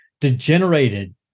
degenerated